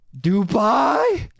Dubai